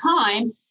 time